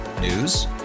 News